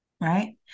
Right